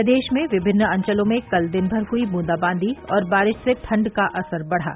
प्रदेश में विभिन्न अंचलों में कल दिन भर हुई बूंदाबादी और बारिश से ठंड का असर बढ़ा